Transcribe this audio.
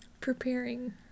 preparing